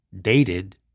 dated